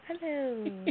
Hello